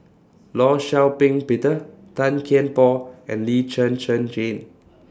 law Shau Ping Peter Tan Kian Por and Lee Zhen Zhen Jane